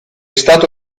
stato